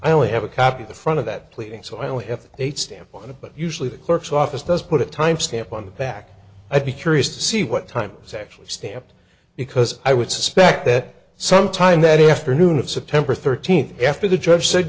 i only have a copy of the front of that pleading so i only have eight stamp on it but usually the clerk's office does put a time stamp on the back i'd be curious to see what time it's actually stamped because i would suspect that sometime that afternoon of september thirteenth after the judge said